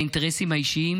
לאינטרסים האישיים?